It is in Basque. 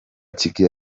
txikia